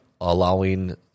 allowing